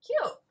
Cute